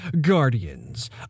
Guardians